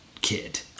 kid